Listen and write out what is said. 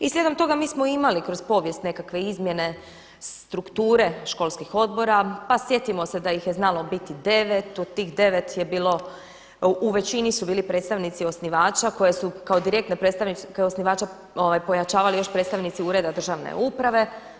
I slijedom toga mi smo imali kroz povijest nekakve izmjene strukture školskih odbora, pa sjetimo se da ih je znalo biti devet, u tih devet je bilo, u većini su bili predstavnici osnivača koje su kao direktne predstavnike osnivača pojačavali još predstavnici ureda državne uprave.